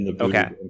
okay